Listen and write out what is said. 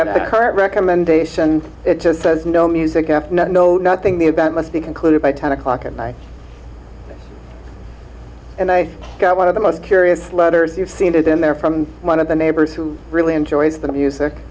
current recommendation it just says no music after no nothing new that must be concluded by ten o'clock at night and i got one of the most curious letters you've seen it in there from one of the neighbors who really enjoys the music